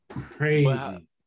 crazy